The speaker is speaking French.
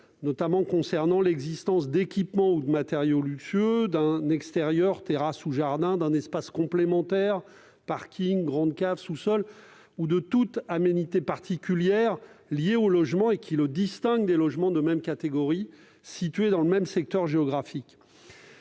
notamment concernant l'existence d'équipements ou de matériaux luxueux, d'un extérieur comme une terrasse ou un jardin, d'un espace complémentaire comme un parking, une grande cave ou un sous-sol, ou de toute aménité particulière liée au logement et qui le distingue de ceux de même catégorie qui sont situés dans le même secteur géographique.